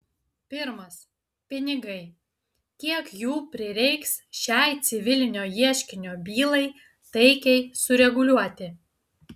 pirmas pinigai kiek jų prireiks šiai civilinio ieškinio bylai taikiai sureguliuoti